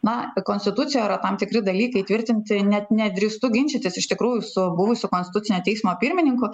na konstitucijoj yra tam tikri dalykai įtvirtinti net nedrįstu ginčytis iš tikrųjų su buvusiu konstitucinio teismo pirmininku